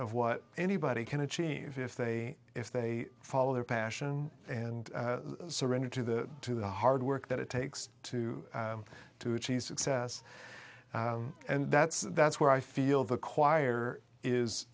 of what anybody can achieve if they if they follow their passion and surrender to the to the hard work that it takes to to achieve success and that's that's where i feel the choir is